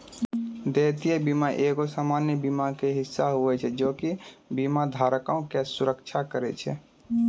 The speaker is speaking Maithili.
देयता बीमा एगो सामान्य बीमा के हिस्सा होय छै जे कि बीमा धारको के सुरक्षा करै छै